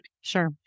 Sure